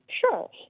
Sure